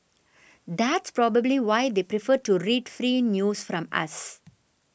that's probably why they prefer to read free news from us